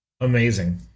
Amazing